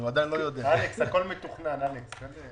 נכון לאוקטובר בוצע 4% מהכסף הזה.